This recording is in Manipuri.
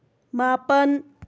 ꯃꯥꯄꯜ